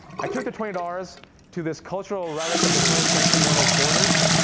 i took the twenty dollars to this cultural relic of the twentieth century known as borders.